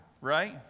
right